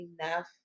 enough